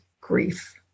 grief